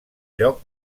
lloc